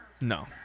No